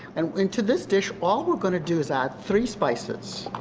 and and to this dish all we're going to do is add three spices,